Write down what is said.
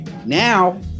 Now